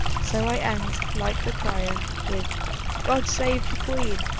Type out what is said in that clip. so i end, like the crier, with god save the queen!